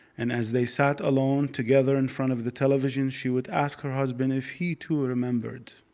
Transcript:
and as they sat alone together in front of the television, she would ask her husband if he too remembered.